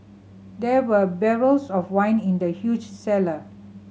there were barrels of wine in the huge cellar